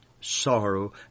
sorrow